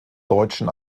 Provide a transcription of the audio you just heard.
deutschen